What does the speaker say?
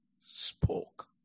spoke